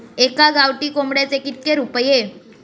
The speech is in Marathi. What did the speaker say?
एका गावठी कोंबड्याचे कितके रुपये?